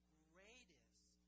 greatest